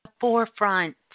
forefront